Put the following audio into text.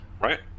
right